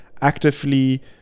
actively